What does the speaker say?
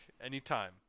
anytime